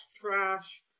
trash